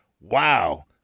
Wow